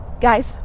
Guys